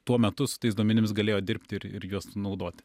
tuo metu su tais duomenims galėjo dirbti ir ir juos naudoti